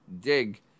dig